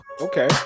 Okay